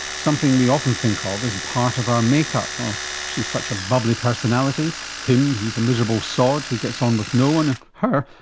something we often think ah of as part of our make-up oh she's such a bubbly personality, him, he's a miserable sod who gets on with no one', and her,